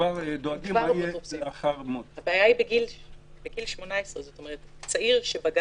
כבר דואגים מה יהיה אחרי מות --- הבעיה היא בגיל 18. צעיר שבגר,